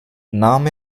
nahm